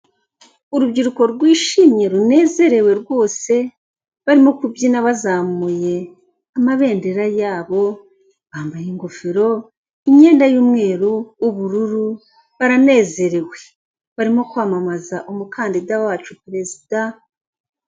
Urubyiruko rwishimye runezerewe rwose, barimo kubyina bazamuye amabendera yabo, bambaye ingofero imyenda y'umweru, ubururu, baranezerewe. Barimo kwamamaza umukandida wacu perezida